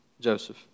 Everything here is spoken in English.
Joseph